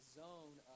zone